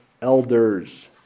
elders